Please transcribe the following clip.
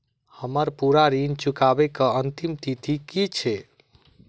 हम्मर पूरा ऋण चुकाबै केँ अंतिम तिथि की छै?